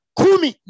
kumi